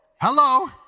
Hello